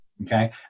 Okay